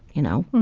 you know,